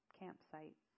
campsite